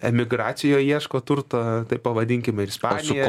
emigracijoj ieško turto taip pavadinkim ir ispanijoj